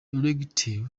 erectile